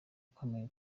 ukomeye